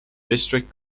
district